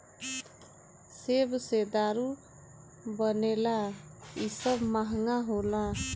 सेब से दारू बनेला आ इ सब महंगा होला